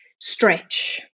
stretch